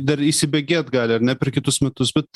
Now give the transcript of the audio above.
dar įsibėgėt gali ar ne per kitus metus bet